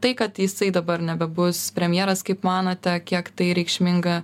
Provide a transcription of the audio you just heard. tai kad jisai dabar nebebus premjeras kaip manote kiek tai reikšminga